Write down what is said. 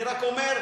אני רק אומר,